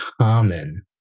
common